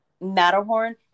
Matterhorn